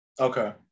Okay